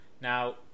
Now